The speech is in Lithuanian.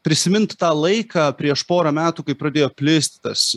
prisimint tą laiką prieš porą metų kai pradėjo plisti tas